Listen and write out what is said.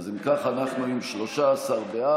אם כך, אנחנו עם 13 בעד,